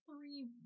three